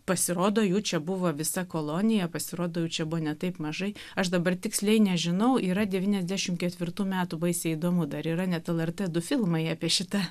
pasirodo jų čia buvo visa kolonija pasirodo jų čia buvo ne taip mažai aš dabar tiksliai nežinau yra devyniasdešimt ketvirtų metų baisiai įdomu dar yra net el er t du filmai apie šitą